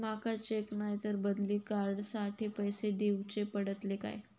माका चेक नाय तर बदली कार्ड साठी पैसे दीवचे पडतले काय?